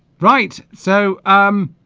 right so um